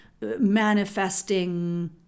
manifesting